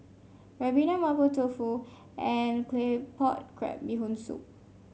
ribena Mapo Tofu and Claypot Crab Bee Hoon Soup